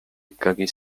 ikkagi